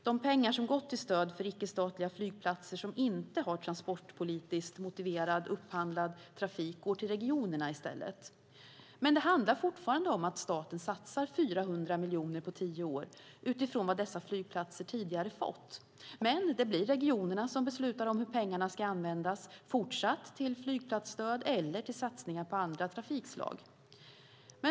De pengar som gått till stöd för icke-statliga flygplatser som inte har transportpolitiskt motiverad upphandlad trafik går i stället till regionerna. Det handlar fortfarande om att staten satsar 400 miljoner på tio år, utifrån vad dessa flygplatser tidigare fått, men det blir regionerna som beslutar om hur pengarna ska användas, fortsatt till flygplatsstöd eller till satsningar på andra trafikslag.